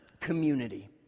Community